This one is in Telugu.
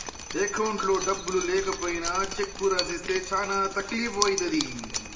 అకౌంట్లో డబ్బులు లేకపోయినా చెక్కు రాసిస్తే చానా తక్లీపు ఐతది